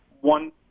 one